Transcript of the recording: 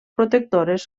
protectores